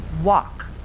walk